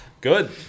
Good